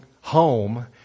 home